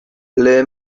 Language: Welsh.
ble